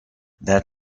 that